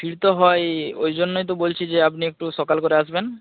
ভিড় তো হয়ই ওই জন্যই তো বলছি যে আপনি একটু সকাল করে আসবেন